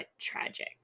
tragic